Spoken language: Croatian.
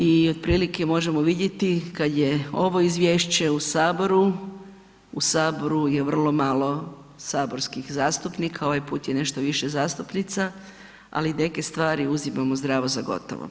I otprilike možemo vidjeti kada je ovo izvješće u saboru, u saboru je vrlo malo saborskih zastupnika ovaj put je nešto više zastupnica, ali neke stvari uzimamo zdravo za gotovo.